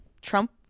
Trump